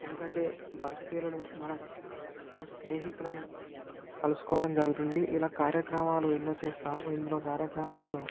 ఎందుకంటే బర్త్డేలలో మనం మన స్నేహితులను కలుసుకోవడం జరుగుతుంది ఇలా కార్యక్రమాలు ఎన్నో చేస్తాము ఇందులో కార్యక్రమాలలో